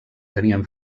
tenien